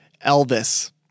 Elvis